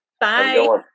Bye